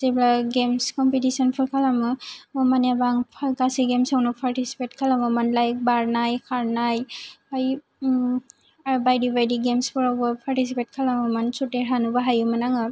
जेब्ला गेम्स कमपेटिशनफोर खालामो होम्बा आं गासै गेम्सफोरावनो पार्टिसिपेट खालामोमोन लाइक बारनाय खारनाय आमफ्राय बायदि बायदि गेम्सफोरावबो पार्टिसिपेट खालामोमोन स देरहानोबो हायोमोन आङो